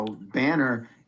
banner